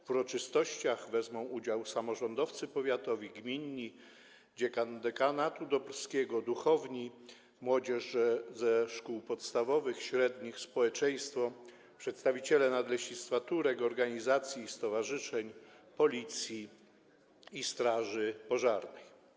W uroczystościach wezmą udział samorządowcy powiatowi, gminni, dziekan dekanatu dobrskiego, duchowni, młodzież ze szkół podstawowych, średnich, społeczeństwo, przedstawiciele Nadleśnictwa Turek, organizacji i stowarzyszeń, Policji i straży pożarnej.